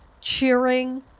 cheering